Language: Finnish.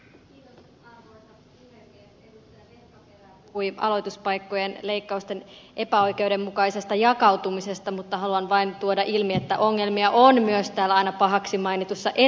edustaja vehkaperä puhui aloituspaikkojen leikkausten epäoikeudenmukaisesta jakautumisesta mutta haluan vain tuoda ilmi että ongelmia on myös täällä aina pahaksi mainitussa etelässä